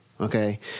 Okay